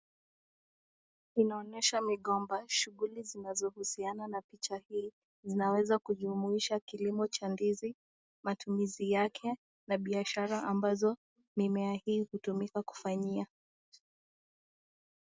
Inaonyesha migomba, shughuli zinazohusiana na picha hii inaweza kujumuisha kilimo cha ndizi, matumizi yake na biashara ambazo mimea hii hutumika kufanyia.